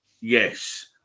yes